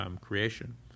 creation